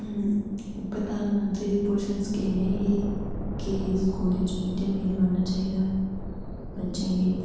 प्रधानमंत्री पोषण स्कीम एह् ही कि स्कूलें च मिड डे मील बनना चाहिदा बच्चें गी